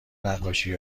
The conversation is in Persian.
نقاشی